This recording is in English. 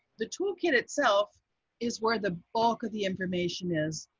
the toolkit itself is where the bulk of the information is.